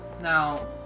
Now